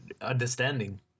understanding